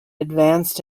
advanced